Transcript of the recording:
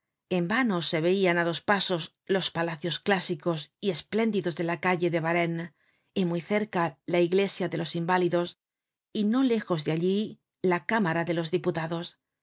en vano se veian á dos pasos los palacios clásicos y espléndidos de la calle de varennes y muy cerca la iglesia de los invalidos y no lejos de allí la cámara de los diputados